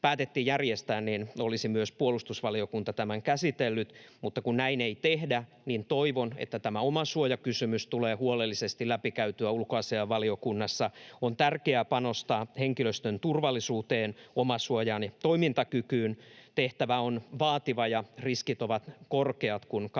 päätettiin järjestää, olisi myös puolustusvaliokunta tämän käsitellyt. Mutta kun näin ei tehdä, toivon, että tämä omasuojakysymys tulee huolellisesti läpikäydyksi ulkoasiainvaliokunnassa. On tärkeää panostaa henkilöstön turvallisuuteen, omasuojaan ja toimintakykyyn. Tehtävä on vaativa, ja riskit ovat korkeat, kun Kabulin